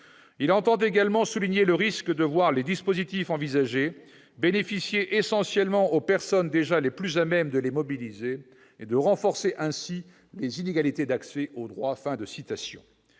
lui-même dans son avis « le risque de voir les dispositifs envisagés bénéficier essentiellement aux personnes déjà les plus à même de les mobiliser et de renforcer ainsi les inégalités d'accès aux droits ».